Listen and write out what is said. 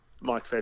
Mike